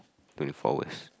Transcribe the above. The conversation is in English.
twenty four hours